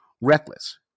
reckless